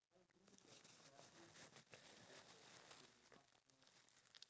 and then I still remember when the waiter was like coming in with the food then we were like